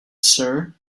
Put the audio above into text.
sir